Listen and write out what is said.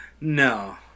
no